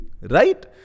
right